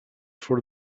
for